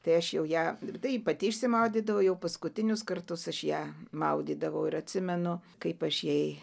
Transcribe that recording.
tai aš jau ją ir tai pati išsimaudydavo jau paskutinius kartus aš ją maudydavau ir atsimenu kaip aš jai